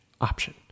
option